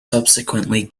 subsequently